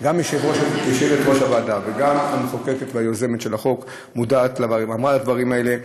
גם יושבת-ראש הוועדה וגם המחוקקת והיוזמת של החוק מודעות לדברים האלה.